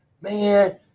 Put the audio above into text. Man